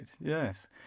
yes